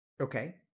Okay